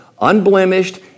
unblemished